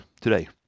today